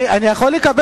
הצעת חוק